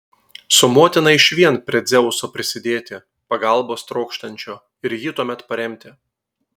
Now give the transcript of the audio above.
su motina išvien prie dzeuso prisidėti pagalbos trokštančio ir jį tuomet paremti